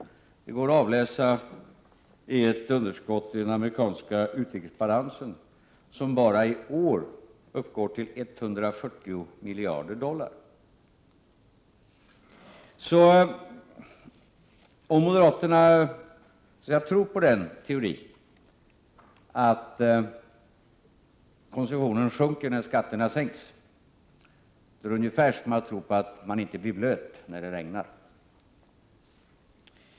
Det går att avläsa i ett underskott i den amerikanska utrikesbalansen som bara i år uppgår till 140 miljarder dollar. Om moderaterna tror på den teorin, att konsumtionen sjunker när skatterna sänks, är detta ungefär som att tro på att man inte blir blöt när det regnar.